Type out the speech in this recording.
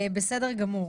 בסדר גמור,